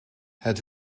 het